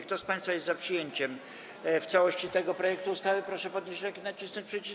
Kto z państwa jest za przyjęciem w całości tego projektu ustawy, proszę podnieść rękę i nacisnąć przycisk.